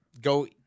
go